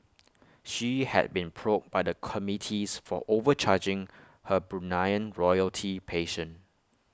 she had been probed by the committees for overcharging her Bruneian royalty patient